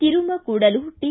Tirumakudalu T